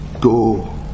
go